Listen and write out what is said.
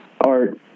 Art